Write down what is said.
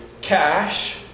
cash